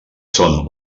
són